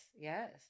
yes